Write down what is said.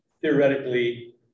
theoretically